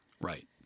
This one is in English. Right